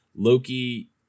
Loki